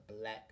black